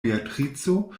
beatrico